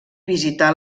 visità